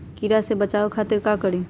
कीरा से बचाओ खातिर का करी?